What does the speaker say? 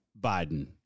Biden